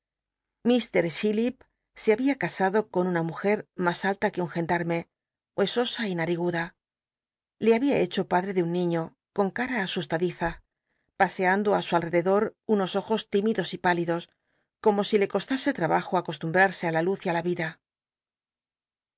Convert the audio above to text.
chillip se babia casado con una mujer mas alla que un genda rme huesosa y nariguda le había hecho padre ele un ni ño con cal'a asustadiza paseando í su al rededor unos o jos timiclos y pálidos co mo si le costase trabajo acostumbl'arsc á la luz y í la yida